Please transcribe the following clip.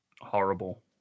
horrible